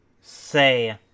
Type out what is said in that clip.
say